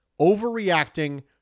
overreacting